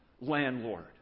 landlord